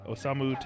Osamu